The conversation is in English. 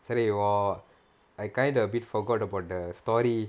சரி:sari I kind of a bit forgot about the story